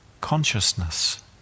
consciousness